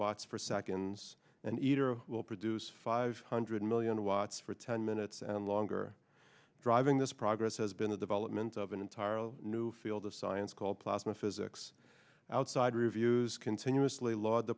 watts for seconds and either a will produce five hundred million watts for ten minutes and longer driving this progress has been the development of an entirely new field of science called plasma physics outside reviews continuously laud the